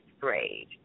grade